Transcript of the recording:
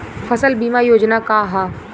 फसल बीमा योजना का ह?